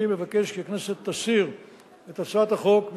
אני מבקש כי הכנסת תסיר את הצעת החוק מסדר-היום.